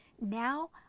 Now